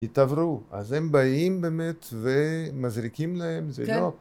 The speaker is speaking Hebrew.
התעוורו, אז הם באים באמת ומזריקים להם, זה לא...